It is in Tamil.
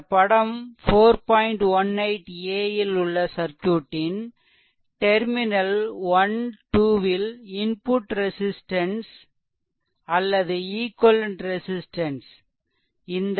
18 a உள்ள சர்க்யூட்டின் டெர்மினல் 12 ல் இன்புட் ரெசிஸ்ட்டன்ஸ் அல்லது ஈக்வெலென்ட் ரெசிஸ்ட்டன்ஸ் இந்த 4